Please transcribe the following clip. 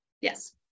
Yes